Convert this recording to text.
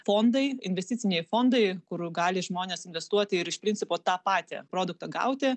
fondai investiciniai fondai kur gali žmonės investuoti ir iš principo tą patį produktą gauti